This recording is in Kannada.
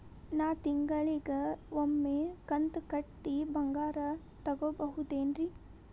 ನಾ ತಿಂಗಳಿಗ ಒಮ್ಮೆ ಕಂತ ಕಟ್ಟಿ ಬಂಗಾರ ತಗೋಬಹುದೇನ್ರಿ?